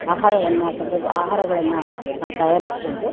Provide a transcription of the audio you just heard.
ಆಹಾರವನ್ನು ಪದ್ದ ಆಹಾರಗಳನ್ನು ನಾವು ತಯಾರಿಸ್ಬೋದು